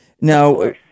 Now